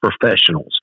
professionals